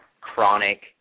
chronic